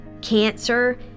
cancer